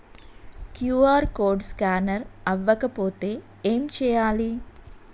QR code scanner అవ్వకపోతే ఏం చేయాలి?